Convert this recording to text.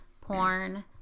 porn